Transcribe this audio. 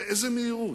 באיזו מהירות,